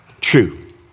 True